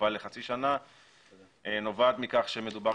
התקופה לחצי שנה נובעת מכך שמדובר,